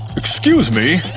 excuse me?